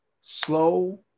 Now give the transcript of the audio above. slow